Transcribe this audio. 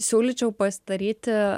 siūlyčiau pasidaryti